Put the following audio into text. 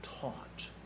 taught